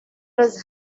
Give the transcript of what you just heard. was